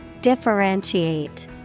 Differentiate